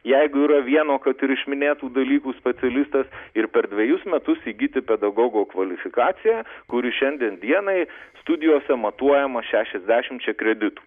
jeigu yra vieno kad ir iš minėtų dalykų specialistas ir per dvejus metus įgyti pedagogo kvalifikaciją kuri šiandien dienai studijose matuojama šešiasdešimčią kreditų